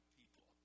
people